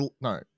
No